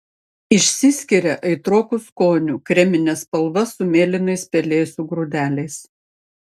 išsiskiria aitroku skoniu kremine spalva su mėlynais pelėsių grūdeliais